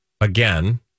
again